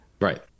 Right